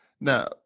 Now